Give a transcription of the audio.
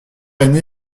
aîné